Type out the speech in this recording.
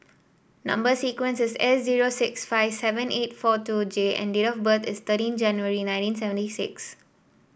number sequence is S zero six five seven eight four two J and date of birth is thirteen January nineteen seventy six